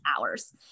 hours